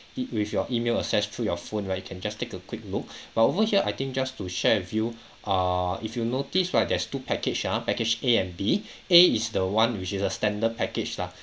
e~ with your email access through your phone right you can just take a quick look but over here I think just to share with you err if you notice right there's two package ah package A and B A is the one which is a standard package lah